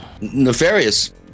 nefarious